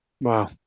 Wow